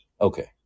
Okay